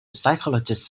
psychologist